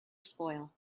spoil